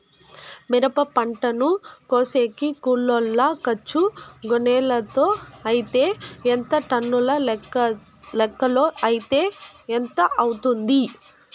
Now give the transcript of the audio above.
మిరప పంటను కోసేకి కూలోల్ల ఖర్చు గోనెలతో అయితే ఎంత టన్నుల లెక్కలో అయితే ఎంత అవుతుంది?